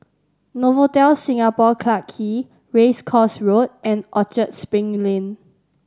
Novotel Singapore Clarke Quay Race Course Road and Orchard Spring Lane